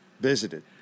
visited